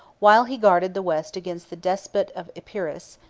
while he guarded the west against the despot of epirus,